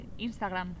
Instagram